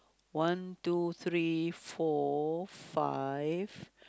one two three four five